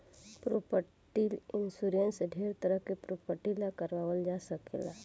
property insurance ढेरे तरह के प्रॉपर्टी ला कारवाल जा सकेला